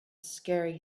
scary